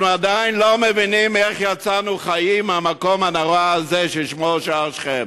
אנחנו עדיין לא מבינים איך יצאנו חיים מהמקום הנורא הזה ששמו שער שכם.